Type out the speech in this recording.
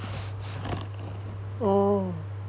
oh